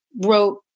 wrote